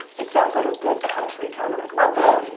it sounds like a good country kind of like. but